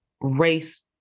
race